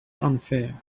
unfair